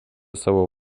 savo